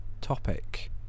topic